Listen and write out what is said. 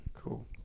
cool